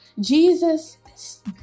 Jesus